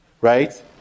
right